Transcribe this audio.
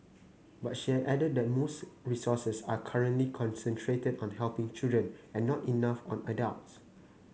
but she added that most resources are currently concentrated on helping children and not enough on adults